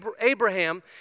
Abraham